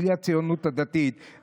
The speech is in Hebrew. בלי הציונות הדתית,